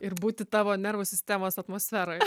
ir būti tavo nervų sistemos atmosferoj